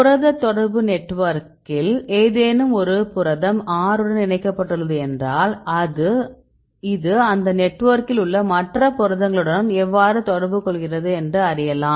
புரத தொடர்பு நெட்வொர்க்கில் ஏதேனும் ஒரு புரதம் R உடன் இணைக்கப்பட்டுள்ளது என்றால் இது அந்த நெட்வொர்க்கில் உள்ள மற்ற புரதங்களுடன் எவ்வாறு தொடர்பு கொள்கிறது என்று அறியலாம்